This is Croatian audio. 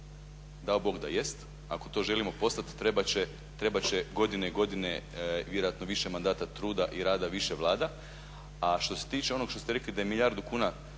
dao Bog da jest, ako to želimo postati trebat će godine i godine i vjerojatno više mandata truda i rada više vlada. A što se tiče onog što ste rekli da je milijardu kuna